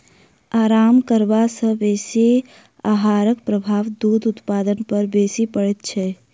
आराम करबा सॅ बेसी आहारक प्रभाव दूध उत्पादन पर बेसी पड़ैत छै